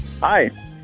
Hi